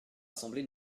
semblé